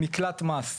מקלט מס.